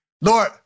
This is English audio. Lord